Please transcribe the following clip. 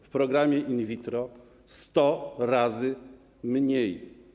W programie in vitro - sto razy mniej.